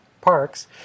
Parks